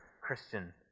Christian